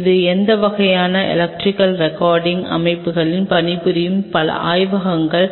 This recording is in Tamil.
எனவே இந்த வகையான எலக்ட்ரிகல் ரெகார்டிங் அமைப்புகளில் பணிபுரியும் பல ஆய்வகங்கள்